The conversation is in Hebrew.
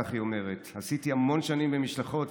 כך היא אומרת: עשיתי המון שנים במשלחות,